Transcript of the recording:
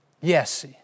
Yes